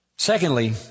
Secondly